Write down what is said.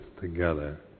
together